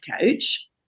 coach